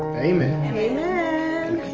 amen. and amen.